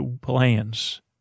plans